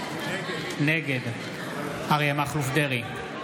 נגד אריה מכלוף דרעי,